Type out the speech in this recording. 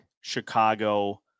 Chicago